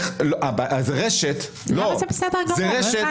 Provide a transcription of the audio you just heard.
למה זה בסדר גמור?